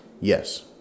yes